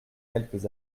quelques